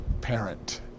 parent